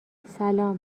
سلام